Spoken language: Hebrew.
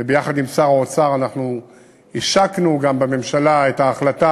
וביחד עם שר האוצר אנחנו השקנו גם בממשלה את ההחלטה,